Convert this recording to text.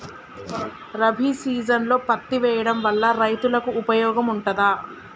రబీ సీజన్లో పత్తి వేయడం వల్ల రైతులకు ఉపయోగం ఉంటదా?